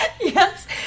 Yes